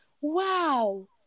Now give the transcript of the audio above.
wow